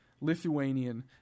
Lithuanian